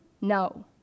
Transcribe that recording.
No